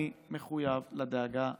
אני מחויב לדאגה לכם,